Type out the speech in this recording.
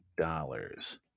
dollars